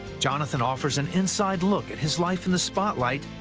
jonathan offers an inside look at his life in the spotlight,